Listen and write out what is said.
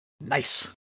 Nice